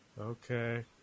Okay